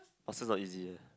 also not easy eh